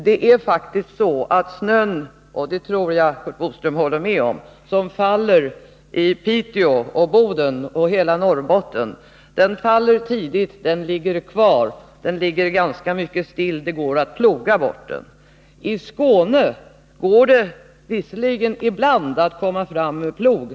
Det är faktiskt så att snön — det tror jag Curt Boström håller med om -— faller tidigt i Piteå, Boden och hela Norrbotten, och den ligger kvar, men den går att ploga bort. I Skåne går det visserligen ibland att komma fram med plog.